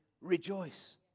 Rejoice